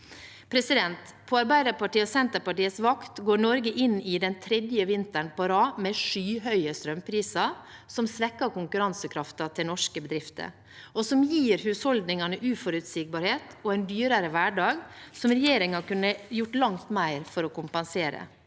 På Arbeiderpartiet og Senterpartiets vakt går Norge inn i den tredje vinteren på rad med skyhøye strømpriser som svekker konkurransekraften til norske bedrifter, og som gir husholdningene uforutsigbarhet og en dyrere hverdag, noe regjeringen kunne gjort langt mer for å kompensere